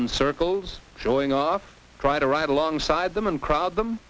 in circles showing off try to ride along side them and crowd them